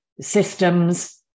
systems